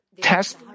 Test